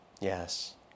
Yes